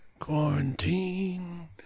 Quarantine